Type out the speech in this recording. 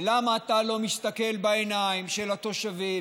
ולמה אתה לא מסתכל בעיניים של התושבים,